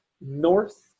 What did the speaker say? north